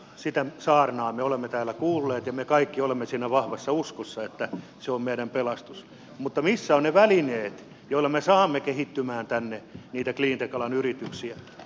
sitä saarnaa me olemme täällä kuulleet ja me kaikki olemme siinä vahvassa uskossa että se on meidän pelastuksemme mutta missä ovat ne välineet joilla me saamme kehittymään tänne niitä cleantech alan yrityksiä